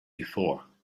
before